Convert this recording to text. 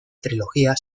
trilogía